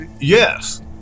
yes